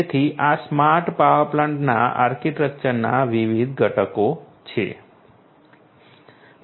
તેથી આ smart power પ્લાન્ટના આર્કિટેક્ચરના વિવિધ ઘટકો છે